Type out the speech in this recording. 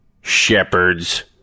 Shepherds